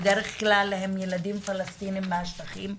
בדרך כלל הם ילדים פלסטינים מהשטחים,